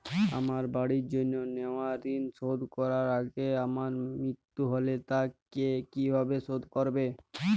আমার বাড়ির জন্য নেওয়া ঋণ শোধ করার আগে আমার মৃত্যু হলে তা কে কিভাবে শোধ করবে?